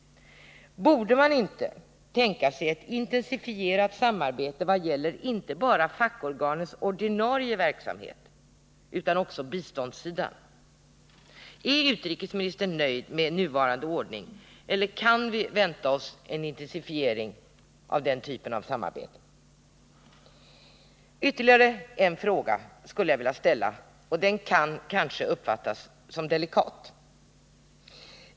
Borde man inte tänka sig ett intensifierat samarbete i vad gäller inte bara fackorganens ordinarie verksamhet utan också på biståndssidan? Är utrikesministern nöjd med nuvarande ordning, eller kan vi vänta oss en intensifiering av denna typ av samarbete? Jag vill ställa ytterligare en fråga, som kanske kan uppfattas som delikat.